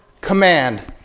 command